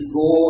go